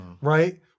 right